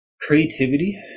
creativity